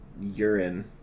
urine